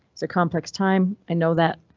it's a complex time. i know that.